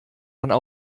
aber